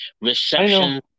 reception